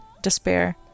despair